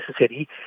necessary